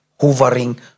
hovering